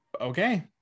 okay